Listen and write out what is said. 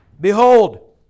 Behold